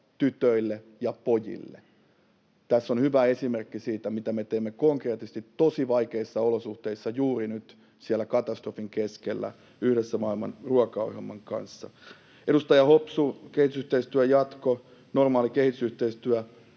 tytöille ja pojille. Tässä on hyvä esimerkki siitä, mitä me teemme konkreettisesti tosi vaikeissa olosuhteissa juuri nyt siellä katastrofin keskellä yhdessä Maailman ruokaohjelman kanssa. Edustaja Hopsu: kehitysyhteistyön jatko, normaali kehitysyhteistyö.